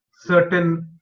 certain